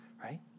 right